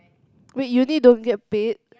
wait uni don't get paid